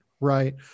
Right